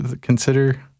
consider